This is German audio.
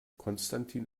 konstantin